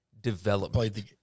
Development